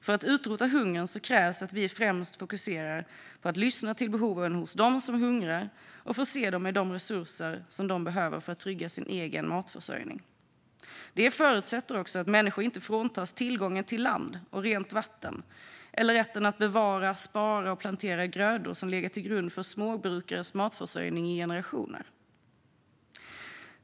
För att utrota hungern krävs att vi främst fokuserar på att lyssna till behoven hos dem som hungrar och förse dem med de resurser de behöver för att trygga sin egen matförsörjning. Det förutsätter också att människor inte fråntas tillgången till land och rent vatten eller rätten att bevara, spara och plantera grödor som legat till grund för småbrukares matförsörjning i generationer.